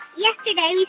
yesterday, like